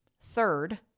Third